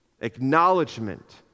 acknowledgement